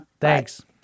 Thanks